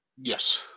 Yes